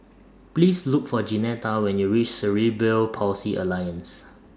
Please Look For Jeanetta when YOU REACH Cerebral Palsy Alliance